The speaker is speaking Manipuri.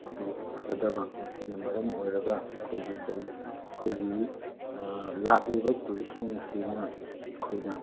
ꯃꯗꯨ ꯐꯒꯗꯕ ꯃꯁꯤꯅ ꯃꯔꯝ ꯑꯣꯏꯔꯒ ꯑꯩꯈꯣꯏꯒꯤ ꯑꯩꯈꯣꯏꯒꯤ ꯂꯥꯛꯂꯤꯕ ꯇꯨꯔꯤꯁꯁꯤꯡꯁꯤꯅ ꯑꯩꯈꯣꯏꯗ